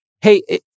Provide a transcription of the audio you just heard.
hey